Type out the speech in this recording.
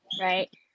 right